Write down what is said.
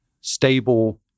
stable